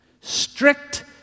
Strict